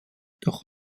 doch